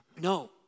No